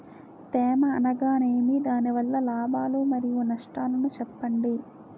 తేమ అనగానేమి? దాని వల్ల లాభాలు మరియు నష్టాలను చెప్పండి?